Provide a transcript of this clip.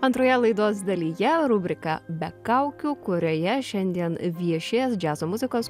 antroje laidos dalyje rubrika be kaukių kurioje šiandien viešės džiazo muzikos